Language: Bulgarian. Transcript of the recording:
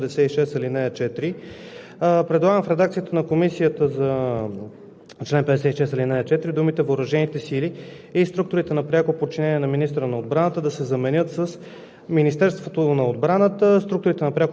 Уважаеми господин Председател, уважаеми дами и господа народни представители! Искам да направя две редакционни предложения в текста. Първо, в чл. 56, ал. 4 предлагам в редакцията на Комисията за